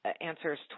answers